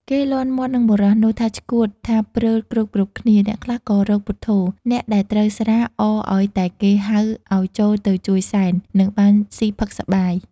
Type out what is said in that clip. គេលាន់មាត់និងបុរសនោះ ថាឆ្កួតថាព្រើលគ្រប់ៗ គ្នា អ្នកខ្លះក៏រកពុទ្ធោ អ្នកដែលត្រូវស្រា អរឱ្យតែគេហៅឱ្យចូលទៅជួយសែន និងបានស៊ីផឹកសប្បាយ ។